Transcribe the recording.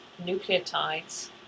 nucleotides